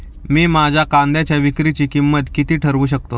मी माझ्या कांद्यांच्या विक्रीची किंमत किती ठरवू शकतो?